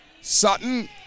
Sutton